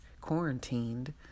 quarantined